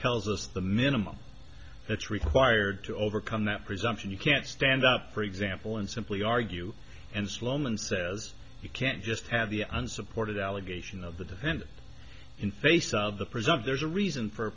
tells us the minimum that's required to overcome that presumption you can't stand up for example and simply argue and sloman says you can't just have the unsupported allegation of the defendant in face to preserve there's a reason for